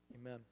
Amen